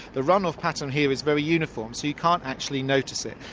the run-off pattern here is very uniform so you can't actually notice it.